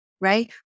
right